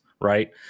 right